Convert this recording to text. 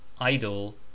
Idle